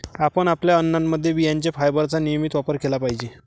आपण आपल्या अन्नामध्ये बियांचे फायबरचा नियमित वापर केला पाहिजे